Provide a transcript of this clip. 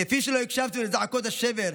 כפי שלא הקשבתם לזעקות השבר,